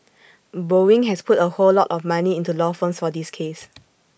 boeing has put A whole lot of money into law firms for this case